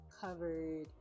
covered